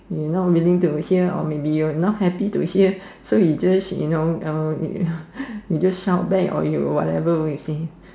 you not willing to hear or maybe you not happy to hear so you know uh you just shout back or whatever you say